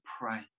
pray